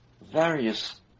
various